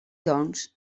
doncs